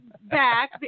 back